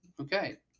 Okay